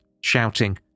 shouting